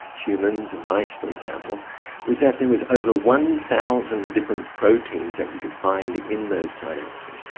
humans and mice for example was that there was over one thousand different proteins that you could find in those synapses.